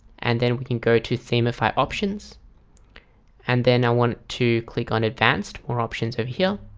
and then we can go to themify options and then i want to click on advanced more options over here